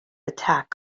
attack